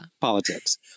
politics